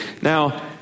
Now